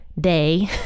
Day